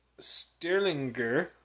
Sterlinger